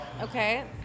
okay